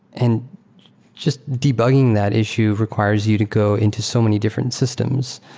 and just debugging that issue requires you to go into so many different systems.